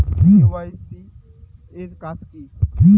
KYC এর কাজ কি?